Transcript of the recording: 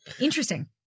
Interesting